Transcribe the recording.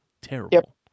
Terrible